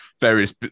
various